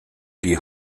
die